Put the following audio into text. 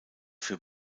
für